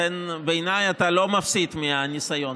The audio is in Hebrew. לכן בעיניי אתה לא מפסיד מהניסיון.